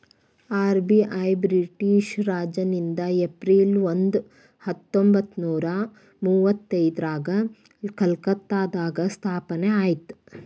RBI British ರಾಜನಿಂದ April ಒಂದ ಹತ್ತೊಂಬತ್ತನೂರ ಮುವತ್ತೈದ್ರಾಗ ಕಲ್ಕತ್ತಾದಾಗ ಸ್ಥಾಪನೆ ಆಯ್ತ್